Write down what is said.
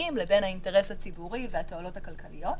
הקנייניים לבין האינטרס הציבורי והתועלות הכלכליות.